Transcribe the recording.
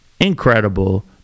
incredible